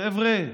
חבר'ה,